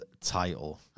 title